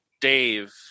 Dave